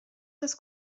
das